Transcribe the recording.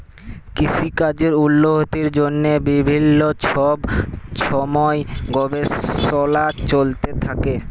কিসিকাজের উল্লতির জ্যনহে বিভিল্ল্য ছব ছময় গবেষলা চলতে থ্যাকে